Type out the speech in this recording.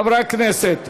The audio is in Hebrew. חברי הכנסת,